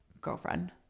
girlfriend